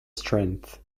strength